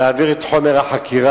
להעביר את חומר החקירה,